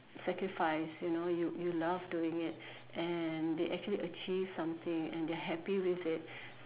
sacrifice you know you you love doing it and they actually achieve something and they are happy with it